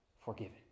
forgiven